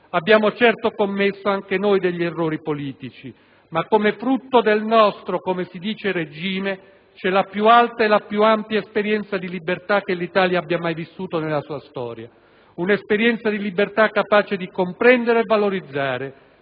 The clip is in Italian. Abbiamo certo commesso anche degli errori politici (...). Ma come frutto del nostro, come si dice, regime, c'è la più alta e la più ampia esperienza di libertà che l'Italia abbia mai vissuto nella sua storia; un'esperienza di libertà capace di comprendere e valorizzare,